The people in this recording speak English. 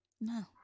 No